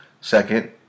second